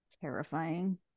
Terrifying